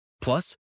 Plus